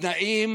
התנאים